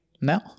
No